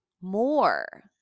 more